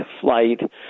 flight